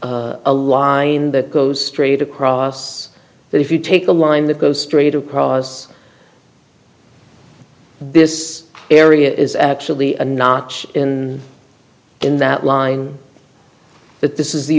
a line that goes straight across but if you take a line that goes straight across this area is actually a notch in in that line but this is the